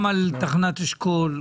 גם על תחנת אשכול,